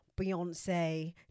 Beyonce